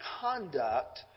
conduct